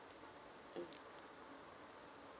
mm